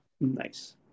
Nice